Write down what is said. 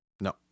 No